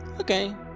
okay